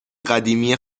قدیمی